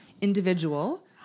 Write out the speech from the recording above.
individual